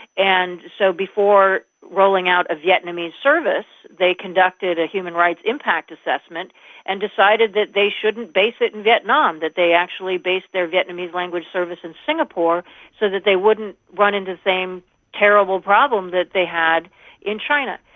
and so before rolling out a vietnamese service they conducted a human rights impact assessment and decided that they shouldn't base it in and vietnam, that they actually based their vietnamese language service in singapore so that they wouldn't run into the same terrible problem that they had in china.